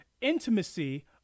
intimacy